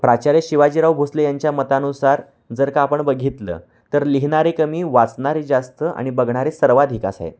प्राचार्य शिवाजीराव भोसले यांच्या मतानुसार जर का आपण बघितलं तर लिहिणारे कमी वाचणारे जास्त आणि बघणारे सर्वाधिक असं आहे